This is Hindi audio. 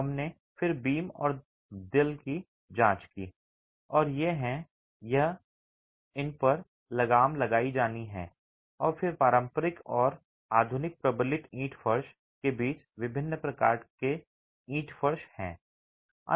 हमने फिर बीम और दाल की जांच की और ये हैं इन पर लगाम लगाई जानी है और फिर पारंपरिक और आधुनिक प्रबलित ईंट फर्श के बीच विभिन्न प्रकार के ईंट फर्श हैं